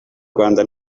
rwanda